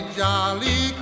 jolly